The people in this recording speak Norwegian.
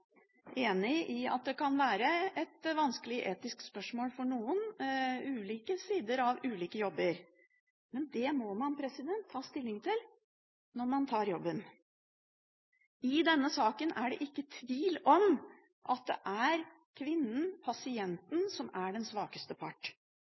enig i at det kan være et vanskelig etisk spørsmål for noen i ulike sider av ulike jobber, men det må man ta stilling til når man tar jobben. I denne saken er det ikke tvil om at det er kvinnen,